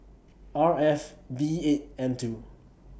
R F B eight M two